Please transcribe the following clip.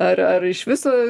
ar ar iš viso